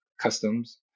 customs